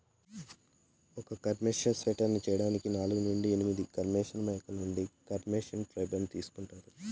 ఒక cashmere sweater చేయడానికి నాలుగు నుండి ఎనిమిది కష్మెరె మేకల నుండి కష్మెరె ఫైబర్ ను తీసుకుంటారు